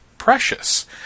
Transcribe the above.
precious